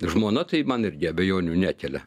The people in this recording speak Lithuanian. žmona tai man irgi abejonių nekelia